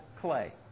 clay